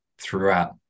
throughout